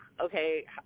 Okay